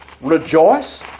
rejoice